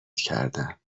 کردم